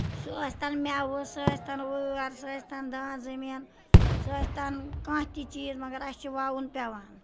سُہ ٲسۍ تن میوٕ سُہ ٲسۍ تن وٲر سُہ ٲسۍ تن دان زٔمیٖن سُہ ٲسۍ تَن کانہہ تہِ چیٖز مَگر اَسہِ چھُ وَوُن پیوان